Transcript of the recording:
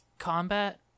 Combat